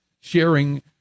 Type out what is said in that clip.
sharing